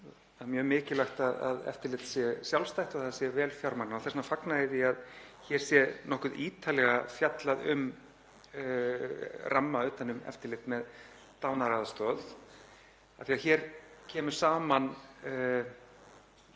Það er mjög mikilvægt að eftirlitið sé sjálfstætt og það sé vel fjármagnað. Þess vegna fagna ég því að hér sé nokkuð ítarlega fjallað um ramma utan um eftirlit með dánaraðstoð af því að hér kemur saman